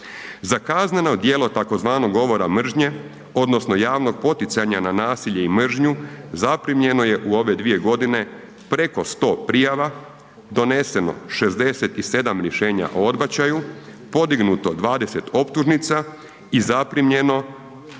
Za kazneno djelo tzv. govora mržnje odnosno javnog poticanja na nasilje i mržnju zaprimljeno je u ove dvije godine preko 100 prijava, doneseno 67 rješenja o odbačaju, podignuto 20 optužnica i zaprimljeno